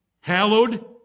hallowed